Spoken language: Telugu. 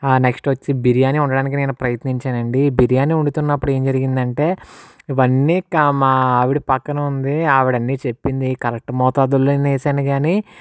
నెక్స్ట్ వచ్చి బిర్యానీ వండడానికి నేను ప్రయత్నించాను అండి బిర్యానీ వండుతున్నప్పుడు ఏం జరిగింది అంటే ఇవన్నీ క మా ఆవిడ పక్కన ఉంది ఆవిడ అన్ని చెప్పింది కరెక్ట్ మోతాదుల్లోనే వేసాను కాని